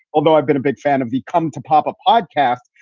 although i've been a big fan of the come to pop a podcast.